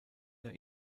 der